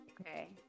Okay